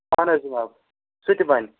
اَہَن حظ جِناب سُہ تہِ بَنہِ